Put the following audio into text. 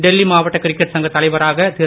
டெல்லி மாவட்ட கிரிக்கெட் சங்க தலைவராக திரு